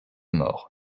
mort